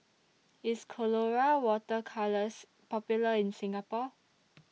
IS Colora Water Colours Popular in Singapore